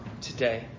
today